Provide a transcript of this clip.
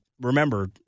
remember